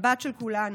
הבת של כולנו.